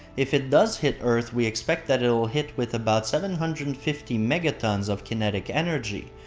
if it does hit earth, we expect that it'll hit with about seven hundred and fifty megatons of kinetic energy.